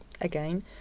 again